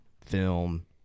film